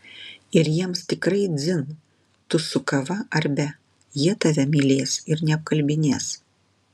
ir jiems tikrai dzin tu su kava ar be jie tave mylės ir neapkalbinės